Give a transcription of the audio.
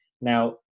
Now